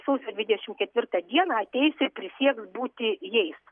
sausio dvidešimt ketvirtą dieną ateis ir prisieks būti jais